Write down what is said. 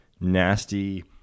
nasty